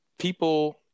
People